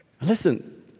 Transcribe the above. Listen